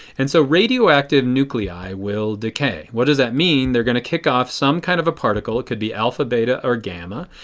and so radioactive nuclei will decay. what does that mean? they are going to quick off some kind of a particle, it could be alpha, beta or gamma.